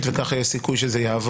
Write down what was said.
ומדובר בשפת רחוב